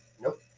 Nope